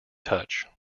touch